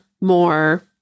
more